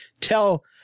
tell